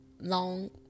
long